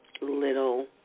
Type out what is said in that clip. little